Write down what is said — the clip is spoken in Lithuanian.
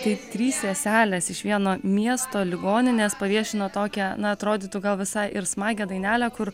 tai trys seselės iš vieno miesto ligoninės paviešino tokią na atrodytų gal visai ir smagią dainelę kur